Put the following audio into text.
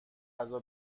غذا